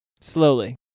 Slowly